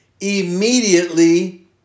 immediately